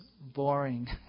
boring